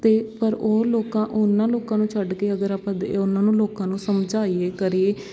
ਅਤੇ ਪਰ ਉਹ ਲੋਕਾਂ ਉਹਨਾਂ ਲੋਕਾਂ ਨੂੰ ਛੱਡ ਕੇ ਅਗਰ ਆਪਾਂ ਦ ਉਹਨਾਂ ਨੂੰ ਲੋਕਾਂ ਨੂੰ ਸਮਝਾਈਏ ਕਰੀੇਏ